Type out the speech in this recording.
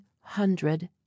hundred